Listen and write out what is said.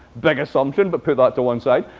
big assumption, but put that to one side.